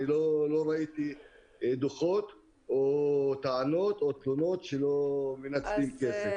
אני לא ראיתי דוחות או טענות או תלונות שלא מנצלים כסף.